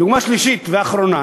דוגמה שלישית ואחרונה,